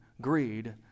greed